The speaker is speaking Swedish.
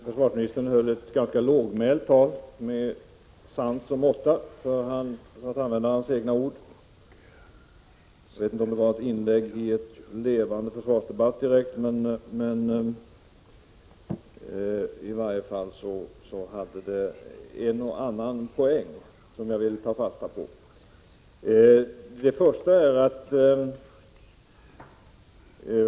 Försvarsministern höll ett ganska lågmält tal, ett tal med sans och måtta, för att använda hans egna ord — jag vet inte om det direkt var ett inlägg i en levande försvarsdebatt, men i varje fall hade det en och annan poäng, som jag vill ta fasta på.